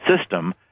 system